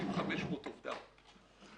ו-5,500 עובדיו.